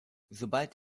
sobald